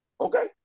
Okay